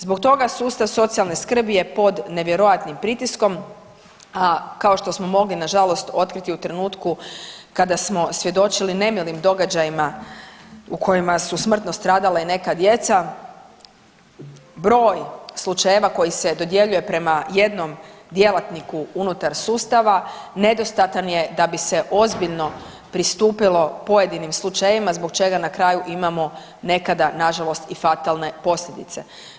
Zbog toga sustav socijalne skrbi je pod nevjerojatnim pritiskom, a kao što smo mogli nažalost otkriti u trenutku kada smo svjedočili nemilim događajima u kojima su smrtno stradala i neka djeca, broj slučajeva koji se dodjeljuje prema jednom djelatniku unutar sustava nedostatan je da bi se ozbiljno pristupilo pojedinim slučajevima zbog čega na kraju imamo nekada nažalost i fatalne posljedice.